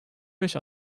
beş